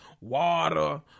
Water